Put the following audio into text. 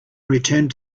returned